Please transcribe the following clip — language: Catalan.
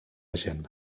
gent